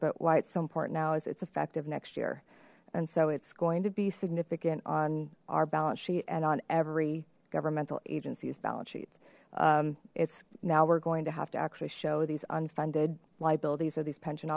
but why it's so important now is its effective next year and so it's going to be significant on our balance sheet and every governmental agencies balance sheets it's now we're going to have to actually show these unfunded liabilities or these pension